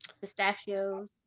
pistachios